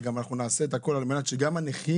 וגם אנחנו נעשה את הכל על מנת שגם הנכים